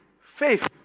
Faith